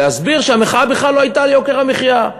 להסביר שהמחאה בכלל לא הייתה על יוקר המחיה,